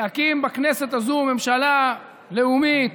להקים בכנסת הזו ממשלה לאומית,